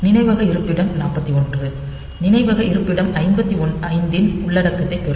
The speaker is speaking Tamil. நினைவக இருப்பிடம் 41 நினைவக இருப்பிடம் 55 த்தின் உள்ளடக்கத்தைப் பெறும்